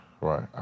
Right